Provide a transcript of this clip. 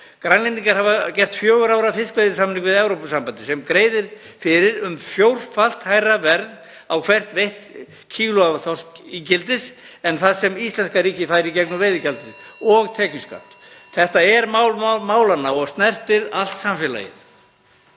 Grænlendingar hafa gert fjögurra ára fiskveiðisamning við Evrópusambandið sem greiðir fyrir um fjórfalt hærra verð á hvert veitt kíló af þorskígildi en það sem íslenska ríkið fær í gegnum veiðigjaldið (Forseti hringir.) og tekjuskatt. Þetta er mál málanna og snertir allt samfélagið.